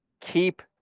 keep